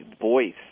voice